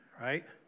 right